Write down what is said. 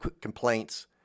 complaints